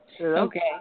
Okay